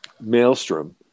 maelstrom